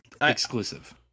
exclusive